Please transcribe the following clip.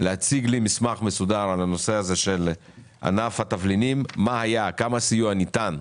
להציג לי מסמך מסודר על הנושא של ענף התבלינים כמה סיוע ניתן,